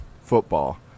football